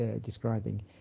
describing